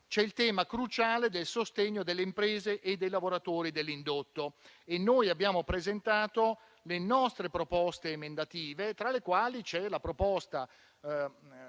C'è il tema cruciale del sostegno alle imprese e ai lavoratori dell'indotto. Noi abbiamo presentato le nostre proposte emendative, tra le quali c'è quella